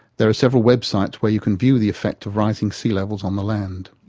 there are several web sites where you can view the effect of rising sea levels on the land.